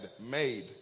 made